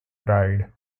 died